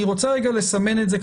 אני רוצה רגע לסמן את זה,